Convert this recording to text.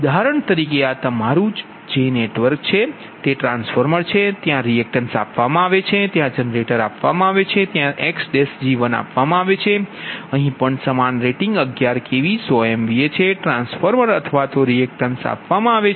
ઉદાહરણ તરીકે આ તમારું જે નેટવર્ક છે તે ટ્રાન્સફોર્મર છે ત્યાં રિએક્ટેન્સ આપવામાં આવે છે ત્યાં જનરેટર આપવામાં આવે છે ત્યાં xg1 આપવામાં આવે છે અહીં પણ સમાન રેટિંગ 11 kV 100 MVA છે ટ્રાન્સફોર્મ અથવા તો રિએક્ટન્સ આપવામાં આવે છે